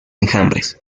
enjambres